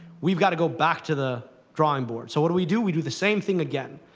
we've got to go back to the drawing board. so what do we do? we do the same thing again.